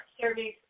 serving